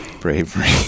bravery